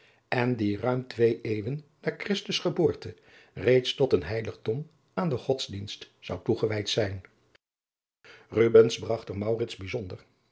en die ruim twee eeuwen na christus geboorte reeds tot een heiligdom aan den godsdienst zou toegewijd zijn rubbens bragt er maurits bijzonder